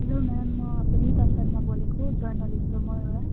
hello ma'am म रिता शर्मा बोलेको journalist हो म एउटा